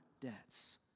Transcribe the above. debts